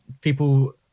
people